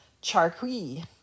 charqui